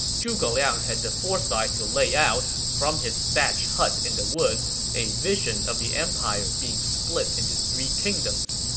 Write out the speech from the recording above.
zhuge liang had the foresight to lay out, from his thatched hut in the woods, a vision of the empire being split into three kingdoms.